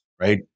Right